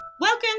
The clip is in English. Welcome